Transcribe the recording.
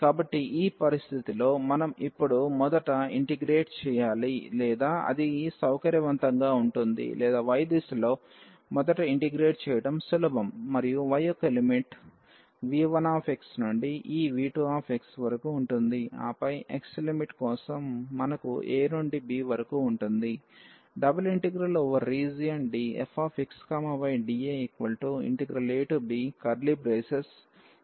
కాబట్టి ఈ పరిస్థితిలో ఇప్పుడు మనం మొదట ఇంటిగ్రేట్ చేయాలి లేదా అది సౌకర్యవంతంగా ఉంటుంది లేదా y దిశలో మొదట ఇంటిగ్రేట్ చేయడం సులభం మరియు y యొక్క లిమిట్ v1 నుండి ఈ v2 వరకు ఉంటుంది ఆపై x లిమిట్ కోసం మనకు a నుండి b వరకు ఉంటుంది